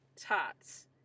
tots